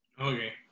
Okay